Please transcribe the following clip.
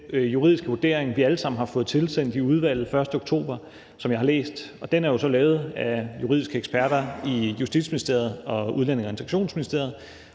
juridiske vurdering, at vi allesammen har fået tilsendt i udvalget den 1. oktober, og som jeg har læst. Den er jo så lavet af juridiske eksperter i Justitsministeriet og Udlændinge- og Integrationsministeriet,